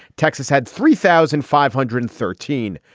texas had three thousand five hundred and thirteen.